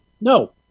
No